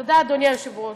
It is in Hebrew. תודה, אדוני היושב-ראש.